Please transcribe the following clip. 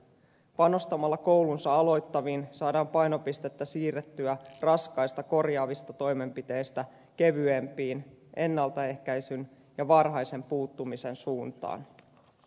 panostamalla koulunsa aloittaviin saadaan painopistettä siirrettyä raskaista korjaavista toimenpiteistä kevyempään ennaltaehkäisyn ja varhaisen puuttumisen suuntaan